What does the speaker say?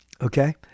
okay